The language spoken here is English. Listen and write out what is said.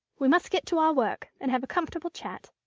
we must get to our work and have a comfortable chat.